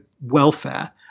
welfare